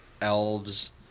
elves